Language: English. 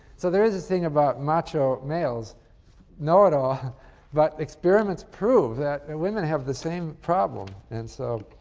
so there is a thing about macho males know it all but experiments prove that ah women have the same problem. and so